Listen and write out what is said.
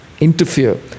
interfere